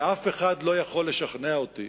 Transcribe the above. ואף אחד לא יכול לשכנע אותי